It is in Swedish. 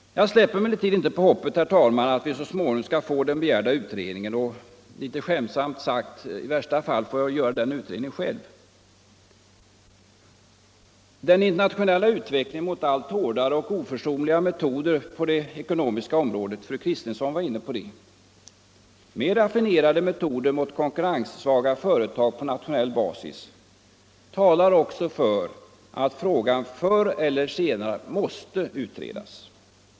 Jag släpper emellertid inte hoppet, herr talman, att vi så småningom skall få den begärda utredningen, och — skämtsamt sagt — i värsta fall får jag väl göra den utredningen själv. Den internationella utvecklingen mot allt hårdare och oförsonligare metoder på det ekonomiska området — fru Kristensson var inne på det - med raffinerade metoder mot konkurrenssvaga företag på nationell basis talar också för att frågan förr eller senare måste utredas.